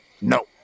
No